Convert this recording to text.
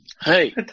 Hey